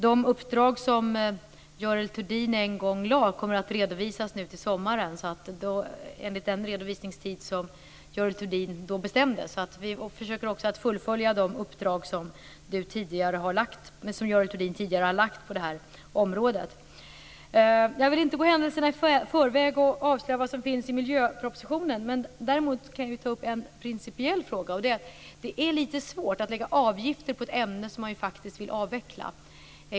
De uppdrag som Görel Thurdin en gång lade fram kommer att redovisas till sommaren enligt den redovisningstid som Görel Thurdin då bestämde. Vi försöker fullfölja de uppdrag som Görel Thurdin tidigare har lagt fram på det här området. Jag vill inte gå händelserna i förväg och avslöja vad som finns i miljöpropositionen. Däremot kan jag ta upp en principiell fråga. Det är litet svårt att lägga avgifter på ett ämne som man faktiskt vill avveckla.